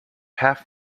half